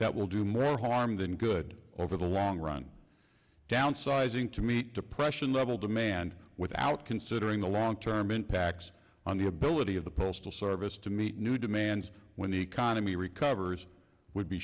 that will do more harm than good over the long run downsizing to meet depression level demand without considering the long term impacts on the ability of the postal service to meet new demands when the economy recovers would be